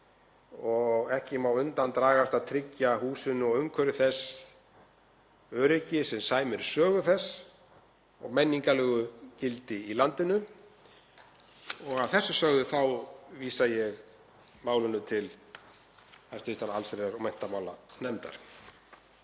Ekki má undan dragast að tryggja húsinu og umhverfi þess öryggi sem sæmir sögu þess og menningarlegu gildi í landinu. Að þessu sögðu þá vísa ég málinu til hæstv. allsherjar- og menntamálanefndar.